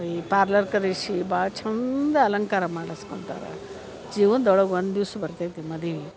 ಈ ಪಾರ್ಲರ್ ಕರೆಸಿ ಭಾಳ ಚಂದ ಅಲಂಕಾರ ಮಾಡಸ್ಕೊತಾರ ಜೀವನ್ದೊಳಗೆ ಒಂದು ದಿವ್ಸ ಬರ್ತೈತಿ ಮದುವಿ